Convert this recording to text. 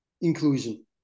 inclusion